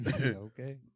Okay